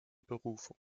berufung